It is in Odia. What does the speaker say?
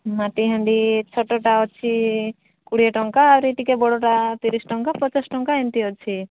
ମାଟିହାଣ୍ଡି ଛୋଟଟା ଅଛି କୋଡ଼ିଏ ଟଙ୍କା ଆହୁରି ଟିକେ ବଡ଼ଟା ତିରିଶି ଟଙ୍କା ପଚାଶ ଟଙ୍କା ଏମିତି ଅଛି